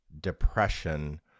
depression